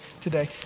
today